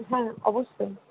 হ্যাঁ অবশ্যই